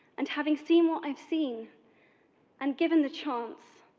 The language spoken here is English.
and having seen what i seen and given the chance,